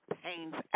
pains